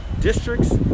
districts